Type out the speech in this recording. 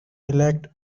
elect